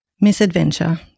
misadventure